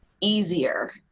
easier